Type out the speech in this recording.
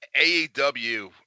AEW